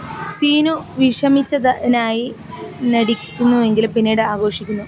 സീനു വിഷമിച്ചതിനായി നടിക്കുന്നുവെങ്കിലും പിന്നീട് ആഘോഷിക്കുന്നു